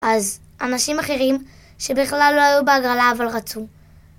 אז אנשים אחרים שבכלל לא היו בהגרלה אבל רצו.